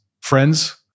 friends